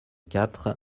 quatre